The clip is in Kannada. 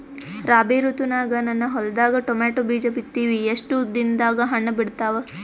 ರಾಬಿ ಋತುನಾಗ ನನ್ನ ಹೊಲದಾಗ ಟೊಮೇಟೊ ಬೀಜ ಬಿತ್ತಿವಿ, ಎಷ್ಟು ದಿನದಾಗ ಹಣ್ಣ ಬಿಡ್ತಾವ?